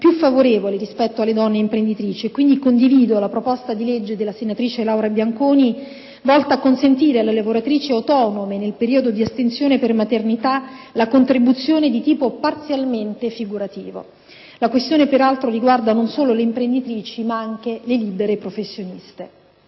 più favorevole rispetto alle donne imprenditrici, e quindi condivido la proposta di legge della senatrice Laura Bianconi, volta a consentire alle lavoratrici autonome, nel periodo di astensione per maternità, la contribuzione di tipo parzialmente figurativo. La questione peraltro riguarda non solo le imprenditrici, ma anche le libere professioniste.